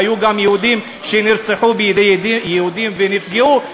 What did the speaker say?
והיו גם יהודים שנרצחו בידי יהודים ונפגעו,